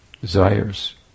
desires